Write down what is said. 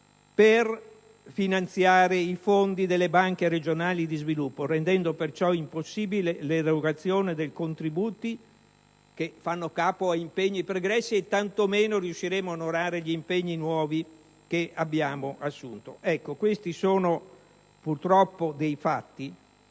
per finanziare i fondi delle banche regionali di sviluppo, rendendo perciò impossibile l'erogazione dei contributi che fanno capo a impegni pregressi; tanto meno riusciremo a onorare i nuovi impegni che abbiamo assunto. Questi sono, purtroppo, dei fatti.